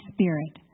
Spirit